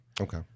Okay